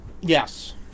Yes